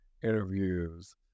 interviews